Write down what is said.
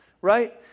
right